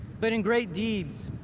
but in great deeds,